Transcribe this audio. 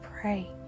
pray